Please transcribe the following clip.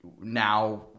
Now